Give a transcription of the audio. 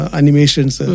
animations